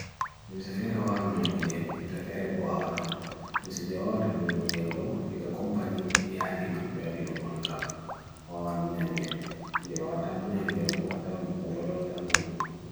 Lewezefere wawan mwanyukondiyem, lewezefere bo wawata. Lewezefere wawata mwanyukondiyem do, dika kompani hi adiman biwadi dum ongab wawan mwanyukondiyem. Lewezefere wawata mwanyukondiyem bo wata wan buto lwantan nanan.